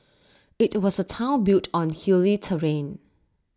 IT was A Town built on hilly terrain